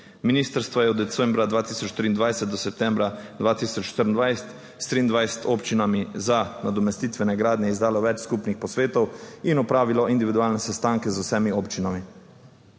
Ministrstvo je od decembra 2023 do septembra 2024 s 23 občinami za nadomestitvene gradnje izdalo več skupnih posvetov in opravilo individualne sestanke z vsemi občinami.